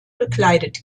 gekleidet